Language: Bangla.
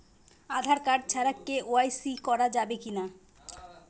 আঁধার কার্ড ছাড়া কে.ওয়াই.সি করা যাবে কি না?